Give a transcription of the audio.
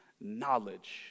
knowledge